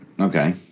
Okay